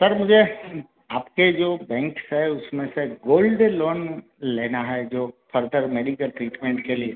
sir મુજે આપકે જો બૅન્કસ હૈ ઉશમે સે ગોલ્ડ લોન લેના હૈ જો ફરધેર મેડિકલ ટ્રીટમેન્ટ કે લીએ